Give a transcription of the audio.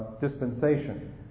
dispensation